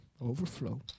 overflow